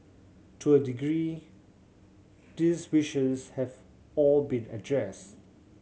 to a degree these wishes have all been addressed